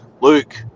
Luke